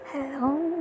Hello